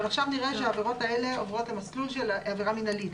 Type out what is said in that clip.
אבל עכשיו נראה שהעבירות האלה עוברות למסלול של עבירה מנהלית.